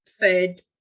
fed